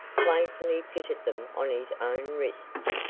playfully fitted them on his own wrists.